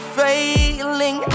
failing